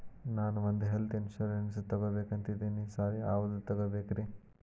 ನಾನ್ ಒಂದ್ health insurance ತಗಬೇಕಂತಿದೇನಿ sir ಯಾವದ ತಗಬೇಕ್ರಿ?